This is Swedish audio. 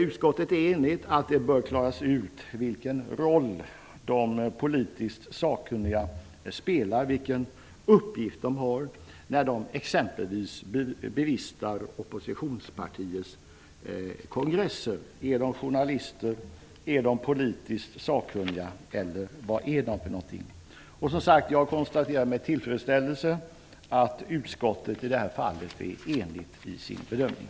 Utskottet är enigt om att det bör klaras ut vilken roll de politiskt sakkunniga spelar och vilken uppgift de har när de exempelvis bevistar oppositionspartiers kongresser. Är de journalister, politiskt sakkunniga eller någonting annat? Jag konstaterar, som sagt, med tillfredsställelse att utskottet i det här fallet är enigt i sin bedömning.